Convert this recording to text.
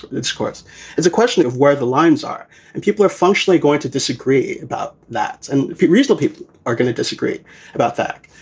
it's course it's a question of where the lines are and people are functionally going to disagree about that. and reasonable people are going to disagree about that.